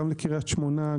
גם לקריית שמונה,